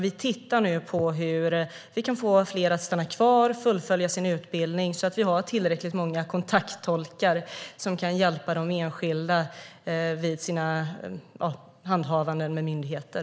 Vi tittar nu på hur vi kan få fler att stanna kvar och fullfölja sin utbildning så att vi har tillräckligt många kontakttolkar som kan hjälpa de enskilda i deras kontakter med myndigheter.